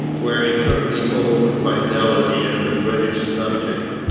where he took the oath of fidelity as a british subject.